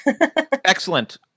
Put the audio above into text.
Excellent